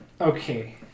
Okay